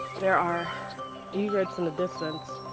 there are egrets in the distance.